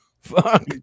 Fuck